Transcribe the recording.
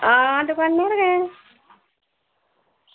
आं दुकानै र गैं